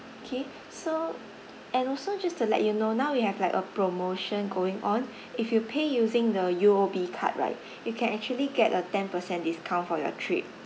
K so and also just to let you know now we have like a promotion going on if you pay using the U_O_B card right you can actually get a ten percent discount for your trip